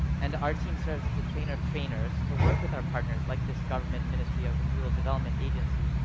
and our team serves as a trainer of trainers to work with our partners, like this government ministry of rural development agency,